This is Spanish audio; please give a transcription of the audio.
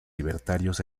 libertarios